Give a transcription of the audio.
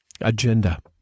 Agenda